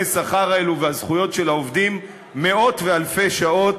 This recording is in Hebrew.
השכר האלה והזכויות של העובדים מאות ואלפי שעות,